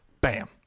bam